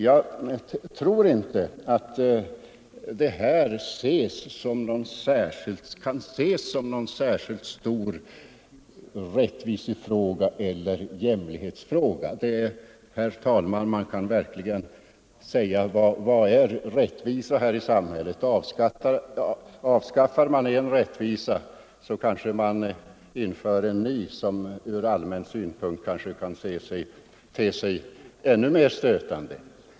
Jag tror inte att det här kan ses som någon särskilt stor rättvisefråga eller jämlikhetsfråga. Man har anledning att fråga sig vad som egentligen är rättvisa här i samhället. Avskaffar man en orättvisa inför man kanske en ny som från allmän synpunkt kanhända ter sig ännu mer stötande.